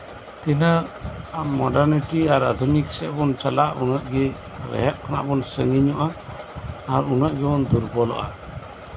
ᱛᱤᱱᱟᱹᱜ ᱢᱳᱰᱟᱨᱱᱤᱴᱤ ᱟᱨ ᱟᱫᱷᱩᱱᱤᱠ ᱥᱮᱡ ᱵᱚᱱ ᱪᱟᱞᱟᱜᱼᱟ ᱩᱱᱟᱹᱜ ᱜᱮ ᱨᱮᱦᱮᱫ ᱠᱷᱚᱱᱟᱜ ᱵᱚᱱ ᱥᱟᱺᱜᱤᱧᱚᱜᱼᱟ ᱟᱨ ᱩᱱᱟᱹᱜ ᱜᱮᱵᱚᱱ ᱫᱩᱨᱵᱚᱞᱚᱜᱼᱟ